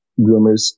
groomers